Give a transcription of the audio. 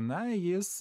na jis